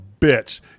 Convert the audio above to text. bitch